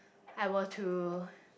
I were to